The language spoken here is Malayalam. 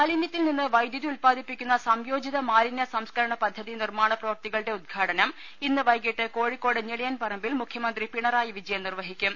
മാലിനൃത്തിൽ നിന്ന് വൈദ്യൂതി ഉൽപാദിപ്പിക്കുന്ന സംയോജിത മാലിന്യസംസ് കരണ പദ്ധതി നിർമ്മാണ പ്രവൃത്തികളുടെ ഉദ്ഘാടനം ഇന്ന് വൈകീട്ട് കോഴിക്കോട് ഞെളിയൻ പറമ്പിൽ മുഖ്യമന്ത്രി പിണറായി വിജയൻ നിർവ്വഹിക്കും